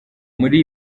muri